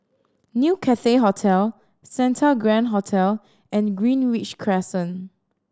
New Cathay Hotel Santa Grand Hotel and Greenridge Crescent